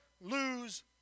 lose